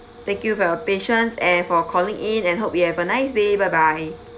thank you for your patience and for calling in and hope you have a nice day bye bye